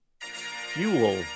fuel